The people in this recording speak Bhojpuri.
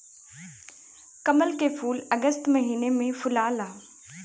कमल के फूल अगस्त महिना में फुलाला